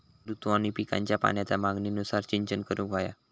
ऋतू आणि पिकांच्या पाण्याच्या मागणीनुसार सिंचन करूक व्हया